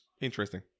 interesting